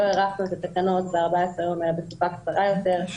הארכנו את התקנות ב-14 יום אלא לתקופה קצרה יותר,